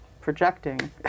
projecting